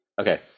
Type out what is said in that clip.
Okay